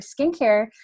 skincare